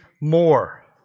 more